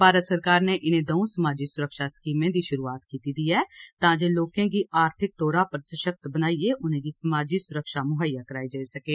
भारत सरकार ने इनें दंऊ समाजी स्रक्षा स्कीमें दी श्रुआत कीती दी ऐ तां जे लोकें गी आर्थिक तौरा पर सशक्त बनाइयै उनेंगी समाजी सुरक्षा मुहेइया कराई जाई सकै